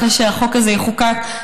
אחרי שהחוק הזה יחוקק,